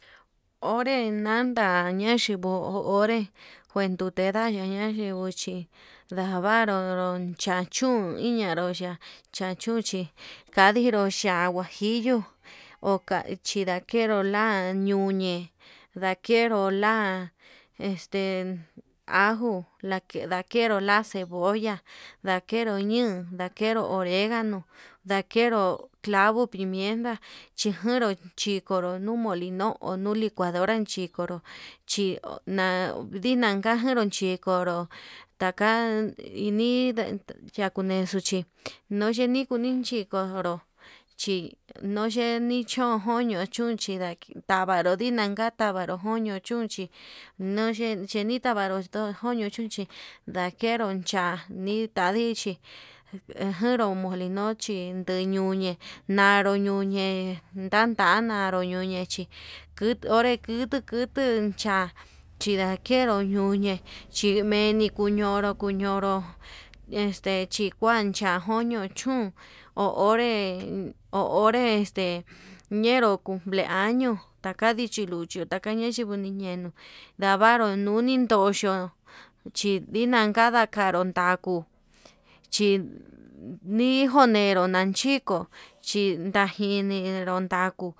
Onré nanda nayinguo onré kuendute ñaña ndaxhinguo, ochi ndavaro ndo'o chan chún iñanro ya'a nachuchi kayinro ya'á huajillo ho chindakero yañun, uñe'e ndakenro la'a este la'a ajo ndakenro la'a cebolla ndakenru ñuu ndakenro oregano, ndakenro clavo pimienta chikenro chikuru nuu molino ono licuadora chikonro chin nanditaja chikoro taka ini yakunexu chi nuyini kuni chiko'o nró chi nuyeni chón on, ñon chunchi tavaru nikaka tavaru juño chuunchi nuu yee chitavanru chó koño yunchi, ndakenro cha'a ndita ninchi najenró milino chí ndiñuñe na'a naruu ñuñe ndantanrá ñonre chikutu kutu cha chindakeru ñuñe chí kuñonro kuñonro este chijuan kua koño chun, ho onré ho onré este ñenru cumpleaño takadi chi luchi takadi, ñañayinguu niñeño ndavaru nuni ndoxhio chin ndikan kanro ta'a kuu xhidijunero nanchiko chi ndajini nondaku.